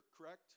correct